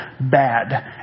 bad